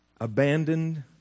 abandoned